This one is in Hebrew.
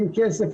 אין כסף,